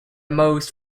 most